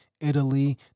Italy